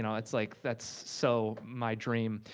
and that's like that's so my dream,